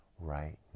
right